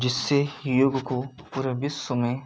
जिससे योग को पूरे विश्व में